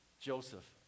Joseph